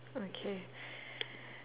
okay